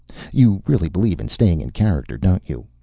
you really believe in staying in character, don't you?